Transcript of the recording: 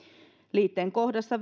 liitteen kohdassa